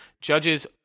judges –